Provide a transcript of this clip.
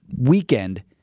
weekend